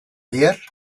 bihar